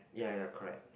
ya ya correct ya